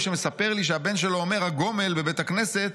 שמספר לי שהבן שלו אומר 'הגומל' בבית כנסת